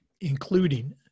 including